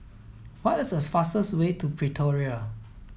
what is the fastest way to Pretoria